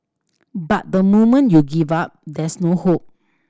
but the moment you give up there's no hope